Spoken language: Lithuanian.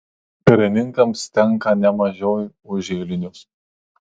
karininkams tenka ne mažiau už eilinius